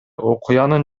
окуянын